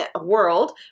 world